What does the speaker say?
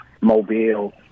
Mobile